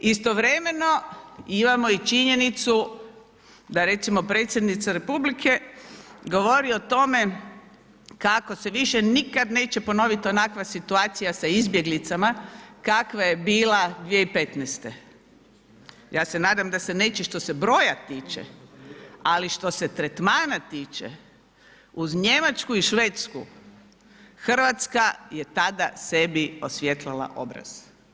Istovremeno imamo i činjenicu da recimo predsjednica Republike govori o tome kako se više nikada neće ponoviti onakva situacija sa izbjeglicama kakva je bila 2015., ja se nadam da se neće što se broja tiče, ali što se tretmana tiče uz Njemačku i Švedsku, Hrvatska je tada sebi osvijetlila obraz.